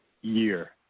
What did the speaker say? year